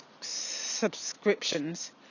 subscriptions